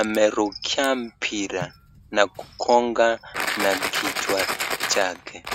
amerukia mpira na kugonga na kichwa chake.